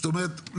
זאת אומרת,